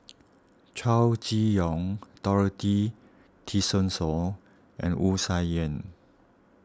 Chow Chee Yong Dorothy Tessensohn and Wu Tsai Yen